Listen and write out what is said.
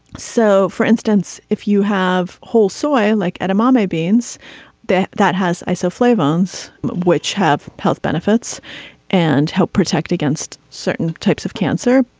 so for instance if you have whole soy like at a miami beans that that has a so flavonoids which have health benefits and help protect against certain types of cancer.